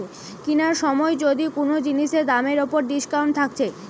কিনার সময় যদি কুনো জিনিসের দামের উপর ডিসকাউন্ট থাকছে